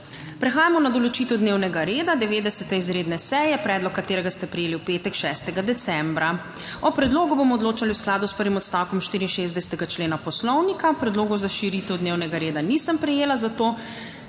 Prehajamo na določitev dnevnega reda 90. izredne seje, predlog katerega ste prejeli v petek 6. decembra 2024. O predlogu bomo odločali v skladu s prvim odstavkom 64. člena Poslovnika. Predlogov za širitev dnevnega reda nisem prejela, zato